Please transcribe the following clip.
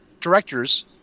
directors